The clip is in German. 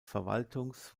verwaltungs